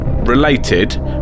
related